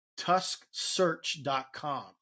tusksearch.com